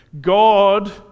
God